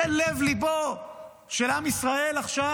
זה לב-ליבו של עם ישראל עכשיו,